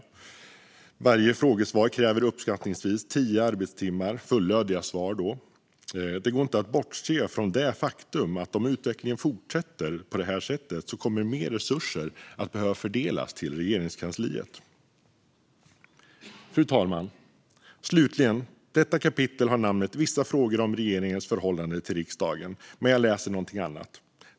Ett fullödigt frågesvar kräver uppskattningsvis tio arbetstimmar. Det går inte att bortse från det faktum att om utvecklingen fortsätter på detta sätt kommer mer resurser att behöva fördelas till Regeringskansliet. Fru talman! Slutligen - detta kapitel har rubriken Vissa frågor om regeringens förhållande till riksdagen, men jag läser något annat.